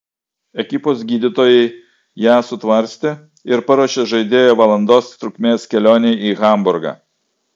ekipos gydytojai ją sutvarstė ir paruošė žaidėją valandos trukmės kelionei į hamburgą